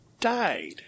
died